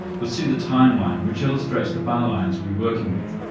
you'll see the time line which illustrates the bar lines we'll be working with.